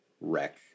wreck